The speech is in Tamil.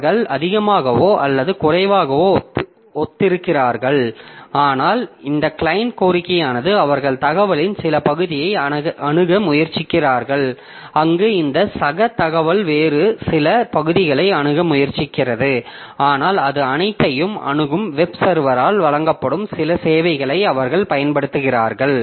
அவர்கள் அதிகமாகவோ அல்லது குறைவாகவோ ஒத்திருக்கிறார்கள் ஆனால் இந்த கிளையன்ட் கோரிக்கையானது அவர்கள் தகவலின் சில பகுதியை அணுக முயற்சிக்கிறார்கள் அங்கு இந்த சக தகவல் வேறு சில பகுதிகளை அணுக முயற்சிக்கிறது ஆனால் அது அனைத்தையும் அணுகும் வெப் சர்வரால் வழங்கப்படும் சில சேவைகளை அவர்கள் பயன்படுத்துகிறார்கள்